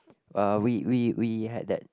uh we we we had that